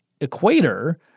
equator